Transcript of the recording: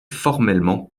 formellement